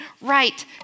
right